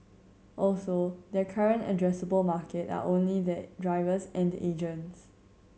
also their current addressable market are only their drivers and agents